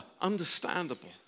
understandable